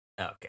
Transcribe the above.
Okay